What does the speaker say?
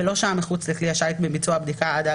ולא שהה מחוץ לכלי השיט מביצוע הבדיקה עד העגינה,